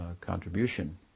contribution